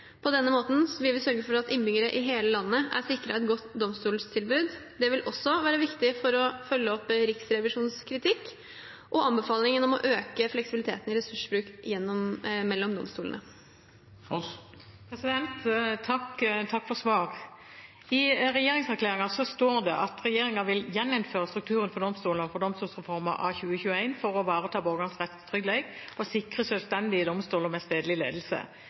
På denne måten vil vi sørge for at innbyggerne i hele landet er sikret et godt domstoltilbud. Det vil også være viktig for å følge opp Riksrevisjonens kritikk og anbefaling om å øke fleksibiliteten i ressursbruken mellom domstolene. Takk for svaret. I Hurdalsplattformen står det at regjeringen vil: «Gjeninnføre strukturen for domstolane før domstolsreforma av 2021 for å vareta borgaranes rettstryggleik og sikre sjølvstendige domstolar med